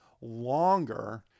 longer